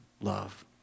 love